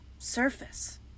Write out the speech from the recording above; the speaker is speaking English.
surface